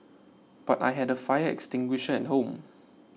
but I had a fire extinguisher at home